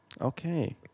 Okay